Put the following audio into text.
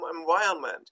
environment